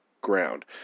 ground